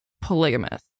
polygamous